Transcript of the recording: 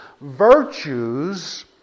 Virtues